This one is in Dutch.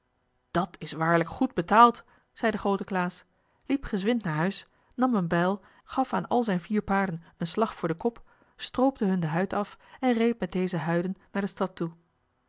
dat is waarlijk goed betaald zei de groote klaas liep gezwind naar huis nam een bijl gaf aan al zijn vier paarden een slag voor den kop stroopte hun de huid af en reed met deze huiden naar de stad toe